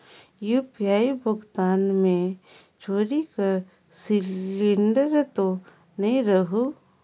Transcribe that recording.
UPI भुगतान मे चोरी कर सिलिंडर तो नइ रहु?